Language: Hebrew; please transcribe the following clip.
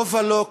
לא ולא.